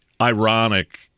ironic